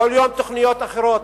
כל יום תוכניות אחרות.